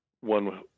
one